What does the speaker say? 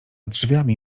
drzwiami